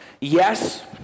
Yes